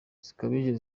zikabije